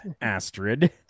Astrid